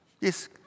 Yes